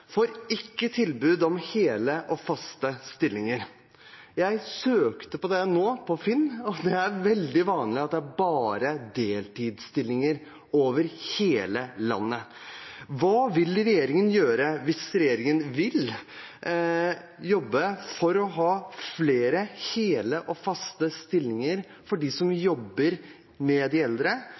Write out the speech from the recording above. ikke tilbud om hele, faste stillinger. Jeg søkte på det nå, på finn.no, og det er veldig vanlig at det bare er deltidsstillinger, over hele landet. Hva vil regjeringen gjøre – hvis regjeringen vil – for å få flere hele og faste stillinger for dem som jobber med de eldre,